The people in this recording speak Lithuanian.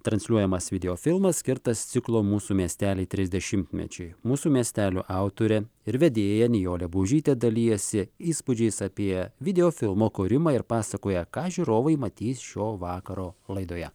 transliuojamas videofilmas skirtas ciklo mūsų miesteliai trisdešimtmečiui mūsų miestelių autorė ir vedėja nijolė baužytė dalijasi įspūdžiais apie videofilmo kūrimą ir pasakoja ką žiūrovai matys šio vakaro laidoje